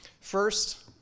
First